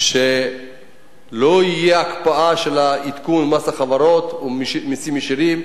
שלא תהיה הקפאה של עדכון מס החברות ומסים ישירים,